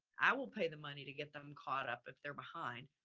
i will pay the money to get them caught up if they're behind.